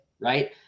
right